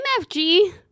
MFG